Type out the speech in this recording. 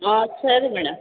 ಆಂ ಸರಿ ಮೇಡಮ್